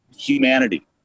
humanity